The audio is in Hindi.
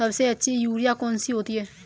सबसे अच्छी यूरिया कौन सी होती है?